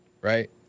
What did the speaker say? right